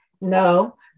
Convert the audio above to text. No